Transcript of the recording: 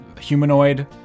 humanoid